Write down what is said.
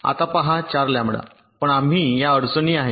आता पहा 4 लॅम्बडालंबडा पण आम्ही या अडचणी आहेत